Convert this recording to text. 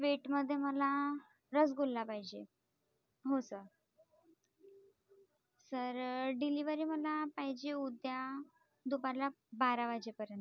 स्वीटमध्ये मला रसगुल्ला पाहिजे हो सर सर डिलिवरी मला पाहिजे उद्या दुपारला बारा वाजेपर्यंत